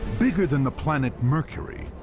bigger than the planet mercury,